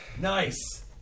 Nice